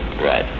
right.